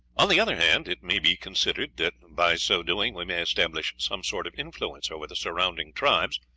on the other hand, it may be considered that by so doing we may establish some sort of influence over the surrounding tribes,